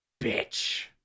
bitch